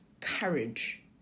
courage